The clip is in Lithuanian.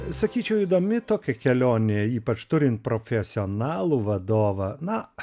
sakyčiau įdomi tokia kelionė ypač turint profesionalų vadovą na